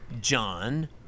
John